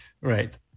Right